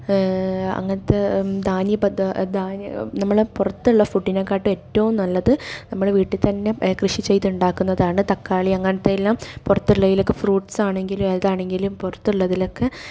അങ്ങനത്തെ ധാന്യപദാർത്ഥം ധാന്യം നമ്മുടെ പുറത്തുള്ള ഫുഡിനെകാട്ടും ഏറ്റവും നല്ലത് നമ്മൾ വീട്ടിൽ തന്നെ കൃഷി ചെയ്തുണ്ടാക്കുന്നതാണ് തക്കാളി അങ്ങനത്തെ എല്ലാം പുറത്ത്ള്ളതിലോക്കെ ഫ്രൂട്സ് ആണെങ്കിലും ഏതാണെങ്കിലും പുറത്ത്ള്ളതിലൊക്കെ